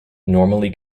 normally